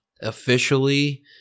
Officially